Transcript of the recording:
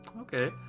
Okay